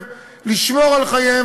לשמור על חייהם,